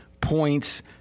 points